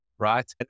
right